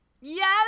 yes